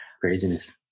craziness